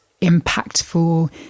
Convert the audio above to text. impactful